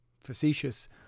facetious